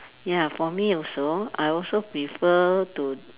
ya for me also I also prefer to